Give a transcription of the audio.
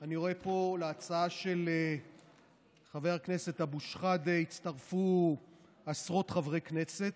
אני רואה פה שלהצעה של חבר הכנסת אבו שחאדה הצטרפו עשרות חברי כנסת.